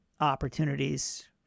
opportunities